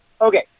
Okay